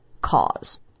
cause